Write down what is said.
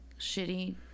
shitty